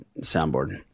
soundboard